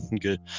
good